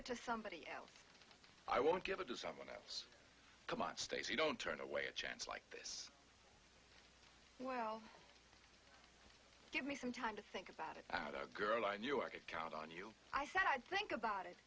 it to somebody else i won't give it to someone else c'mon stacy don't turn away a chance like this well give me some time to think about it girl i knew i could count on you i said i'd think about it